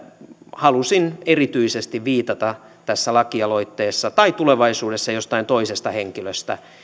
halusin erityisesti viitata tässä lakialoitteessa tai tulevaisuudessa jostain toisesta henkilöstä